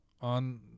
on